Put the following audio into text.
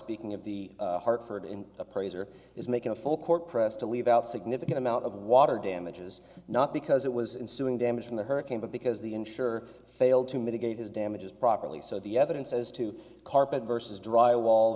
speaking of the hartford in appraiser is making a full court press to leave out significant amount of water damages not because it was in suing damage from the hurricane but because the insurer failed to mitigate his damages properly so the evidence as to carpet vs dry wall